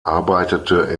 arbeitete